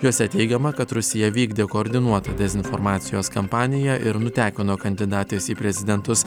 jose teigiama kad rusija vykdė koordinuotą dezinformacijos kampaniją ir nutekino kandidatės į prezidentus